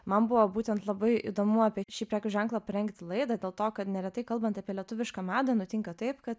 man buvo būtent labai įdomu apie šį prekių ženklą rengti laidą dėl to kad neretai kalbant apie lietuvišką madą nutinka taip kad